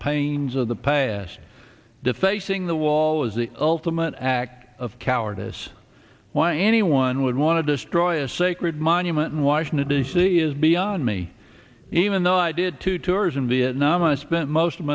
pains of the past defacing the wall is the ultimate act of cowardice why anyone would want to destroy a sacred monument in washington d c is beyond me even though i did two tours in vietnam i spent most of